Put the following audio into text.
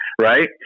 right